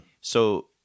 So-